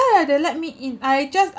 why lah they let me in I just